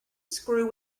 screw